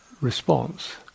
response